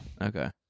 Okay